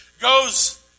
goes